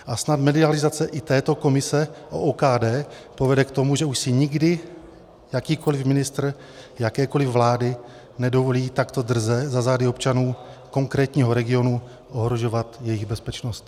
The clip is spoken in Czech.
A snad medializace i této komise o OKD povede k tomu, že už si nikdy jakýkoliv ministr jakékoliv vlády nedovolí takto drze za zády občanů konkrétního regionu ohrožovat jejich bezpečnost.